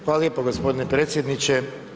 Hvala lijepo gospodine predsjedniče.